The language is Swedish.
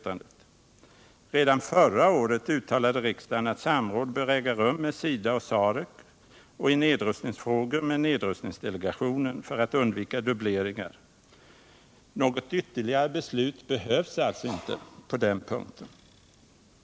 Redan förra året uttalade riksdagen att samråd bör äga rum med SIDA och Sarec, och i nedrustningsfrågor med nedrustningsdelegationen, för att undvika dubbleringar. Något ytterligare beslut behövs alltså inte på den punkten.